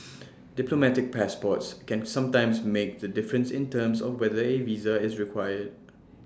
diplomatic passports can sometimes make the difference in terms of whether A visa is required